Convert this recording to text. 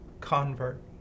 convert